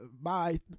Bye